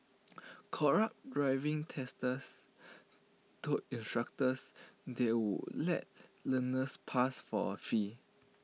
corrupt driving testers told instructors they would let learners pass for A fee